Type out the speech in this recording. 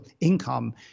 income